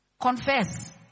Confess